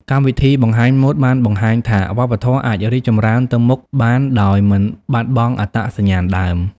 កម្មវិធីបង្ហាញម៉ូដបានបង្ហាញថាវប្បធម៌អាចរីកចម្រើនទៅមុខបានដោយមិនបាត់បង់អត្តសញ្ញាណដើម។